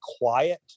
quiet